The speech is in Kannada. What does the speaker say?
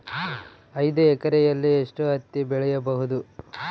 ಐದು ಎಕರೆಯಲ್ಲಿ ಎಷ್ಟು ಹತ್ತಿ ಬೆಳೆಯಬಹುದು?